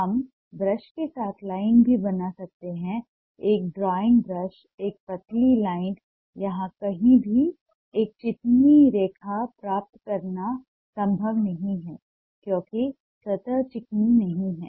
हम ब्रश के साथ लाइन भी बना सकते हैं एक ड्राई ब्रश एक पतली लाइन यहां कहीं भी एक चिकनी रेखा प्राप्त करना संभव नहीं है क्योंकि सतह चिकनी नहीं है